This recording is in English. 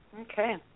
Okay